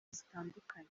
zitandukanye